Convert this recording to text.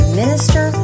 minister